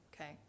okay